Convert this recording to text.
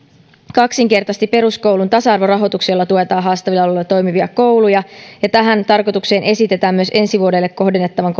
kaksinkertaisti peruskoulun tasa arvorahoituksen jolla tuetaan haastavilla alueilla toimivia kouluja tähän tarkoitukseen esitetään ensi vuodelle kohdennettavan